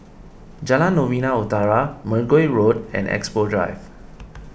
Jalan Novena Utara Mergui Road and Expo Drive